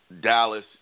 Dallas